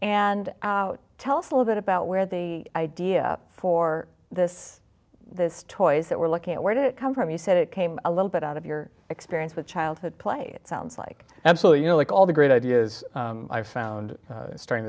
and tell us a little bit about where the idea for this this toys that we're looking at where did it come from you said it came a little bit out of your experience with childhood play it sounds like absolutely you know like all the great ideas i found string